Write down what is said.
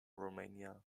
romania